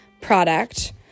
product